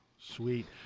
Sweet